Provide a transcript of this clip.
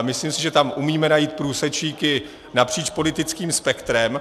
Myslím si, že tam umíme najít průsečíky napříč politickým spektrem.